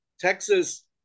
Texas